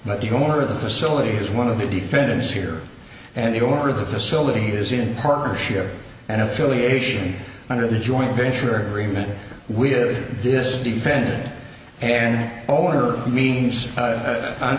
but the owner of the facility is one of the defendants here and the owner of the facility is in partnership and affiliation under the joint venture reman we did this defendant and owner means